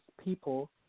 people